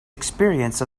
experience